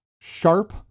sharp